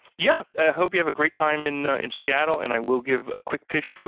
yeah! i hope you have a great time in ah in seattle, and i will give a quick pitch.